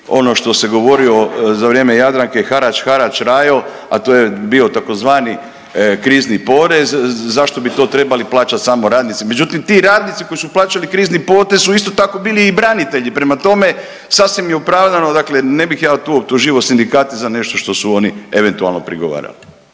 ono što se govorilo za vrijeme Jadranke harač, harač rajo a to je bio tzv. krizni porez zašto bi to trebali plaćati samo radnici. Međutim, ti radnici koji su plaćali krizni porez su isto tako bili i branitelji. Prema tome, sasvim je opravdano, dakle ne bih ja tu optuživao sindikate za nešto što su oni eventualno prigovarali.